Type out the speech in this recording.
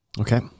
Okay